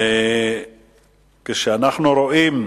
וכשאנחנו רואים,